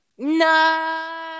No